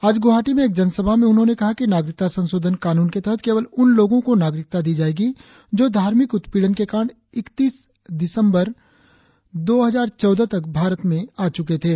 आज गुवाहाटी में एक जनसभा में उन्होंने कहा कि नागरिकता संशोधन कानून के तहत केवल उन लोगो को नागरिकता दी जाएगी जो धार्मिक उत्पीड़न के कारण इक्कतीस दिसम्बर दो हजार चौदह तक भारत में आ चुके थे